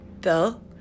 Bill